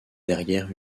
derrière